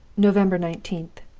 november nineteen